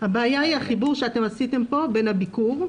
הבעיה עם החיבור שעשיתם פה בין הביקור,